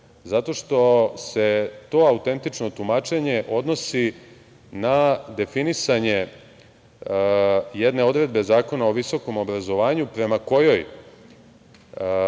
zato što se to autentično tumačenje odnosi na definisanje jedne odredbe Zakona o visokom obrazovanju prema kojoj